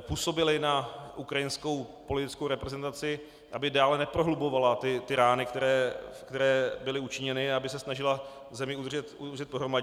působili na ukrajinskou politickou reprezentaci, aby dále neprohlubovala rány, které byly učiněny, a aby se snažila zemi udržet pohromadě.